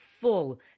full